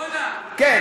יונה, יונה.